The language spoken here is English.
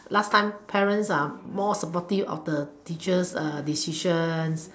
last time parents are more supportive of the teacher's uh decisions